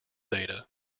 data